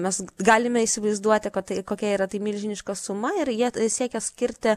mes galime įsivaizduoti kad tai kokia yra tai milžiniška suma ir jie siekia skirti